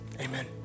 Amen